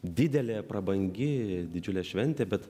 didelė prabangi didžiulė šventė bet